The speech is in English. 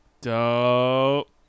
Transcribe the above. Dope